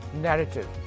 narrative